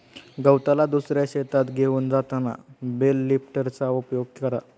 गवताला दुसऱ्या शेतात घेऊन जाताना बेल लिफ्टरचा उपयोग करा